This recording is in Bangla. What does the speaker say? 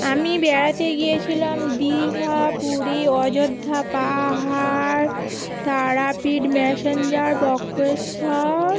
আমি বেড়াতে গিয়েছিলাম দীঘা পুরী অযোধ্যা পাহাড় তারাপীঠ ম্যাসেঞ্জার বক্রেশ্বর